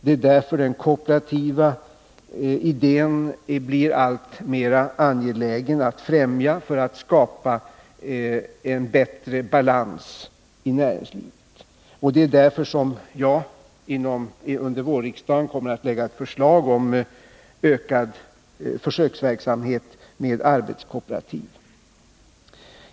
Det är därför den kooperativa idén blir alltmer angelägen att främja för att skapa en bättre balans i näringslivet, och det är därför som jag under vårriksdagen kommer att lägga fram ett förslag om ökad försöksverksamhet med arbetskooperativ.